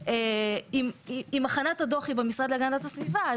אם הכנת הדוח היא במשרד להגנת הסביבה,